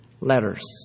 letters